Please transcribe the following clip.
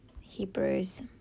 Hebrews